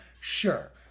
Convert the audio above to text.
Sure